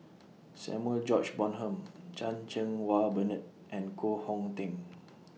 Samuel George Bonham Chan Cheng Wah Bernard and Koh Hong Teng